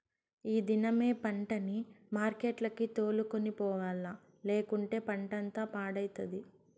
ఈ దినమే పంటని మార్కెట్లకి తోలుకొని పోవాల్ల, లేకంటే పంటంతా పాడైతది